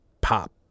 pop